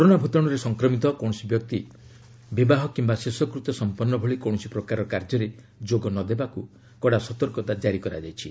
corona ଭୂତାଣୁରେ ସଂକ୍ରମିତ କୌଣସି ବ୍ୟକ୍ତି ବିବାହ କିମ୍ବା ଶେଷକୃତ୍ୟ ସମ୍ପନ୍ନ ଭଳି କୌଣସି ପ୍ରକାରର କାର୍ଯ୍ୟରେ ଯୋଗ ନ ଦେବାକୁ କଡ଼ା ସତର୍କତା କାରି କରାଯାଇଛି